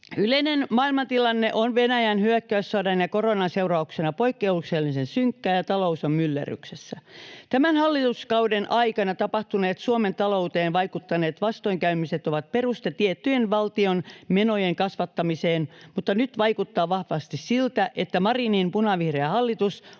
Yleinen maailmantilanne on Venäjän hyökkäyssodan ja koronan seurauksena poikkeuksellisen synkkä, ja talous on myllerryksessä. Tämän hallituskauden aikana tapahtuneet Suomen talouteen vaikuttaneet vastoinkäymiset ovat peruste tiettyjen valtion menojen kasvattamiseen, mutta nyt vaikuttaa vahvasti siltä, että Marinin punavihreä hallitus